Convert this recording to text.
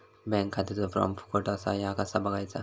Bank खात्याचो form फुकट असा ह्या कसा बगायचा?